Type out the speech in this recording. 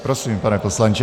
Prosím, pane poslanče.